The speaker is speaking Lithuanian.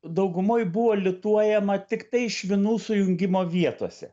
daugumoj buvo lituojama tiktai švinu sujungimo vietose